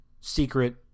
secret